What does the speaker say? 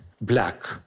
Black